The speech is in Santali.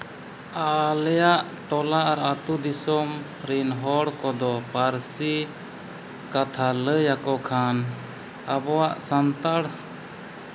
ᱟᱞᱮᱭᱟᱜ ᱴᱚᱞᱟ ᱟᱨ ᱟᱹᱛᱩ ᱫᱤᱥᱚᱢ ᱨᱮᱱ ᱦᱚᱲ ᱠᱚᱫᱚ ᱯᱟᱹᱨᱥᱤ ᱠᱟᱛᱷᱟ ᱞᱟᱹᱭ ᱟᱠᱚ ᱠᱷᱟᱱ ᱟᱵᱚᱣᱟᱜ ᱥᱟᱱᱛᱟᱲ